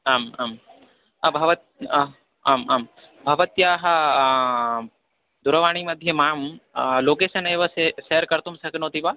आम् आम् आं भवती आम् आम् आम् भवत्याः दूरवाण्याः मध्ये मां लोकेशन् एव सः सेर् कर्तुं शक्नोति वा